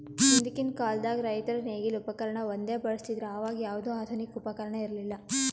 ಹಿಂದಕ್ಕಿನ್ ಕಾಲದಾಗ್ ರೈತರ್ ನೇಗಿಲ್ ಉಪಕರ್ಣ ಒಂದೇ ಬಳಸ್ತಿದ್ರು ಅವಾಗ ಯಾವ್ದು ಆಧುನಿಕ್ ಉಪಕರ್ಣ ಇರ್ಲಿಲ್ಲಾ